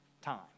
time